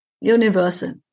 universal